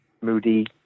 moody